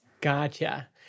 Gotcha